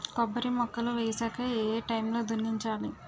కొబ్బరి మొక్కలు వేసాక ఏ ఏ టైమ్ లో దున్నించాలి?